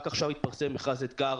רק עכשיו התפרסם מכרז אתגר